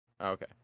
okay